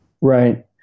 right